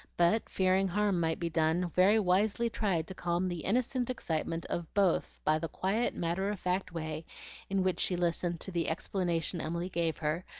but fearing harm might be done, very wisely tried to calm the innocent excitement of both by the quiet matter-of-fact way in which she listened to the explanation emily gave her,